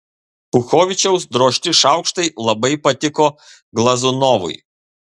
puchovičiaus drožti šaukštai labai patiko glazunovui